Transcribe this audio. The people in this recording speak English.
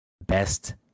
Best